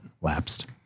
lapsed